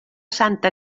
santa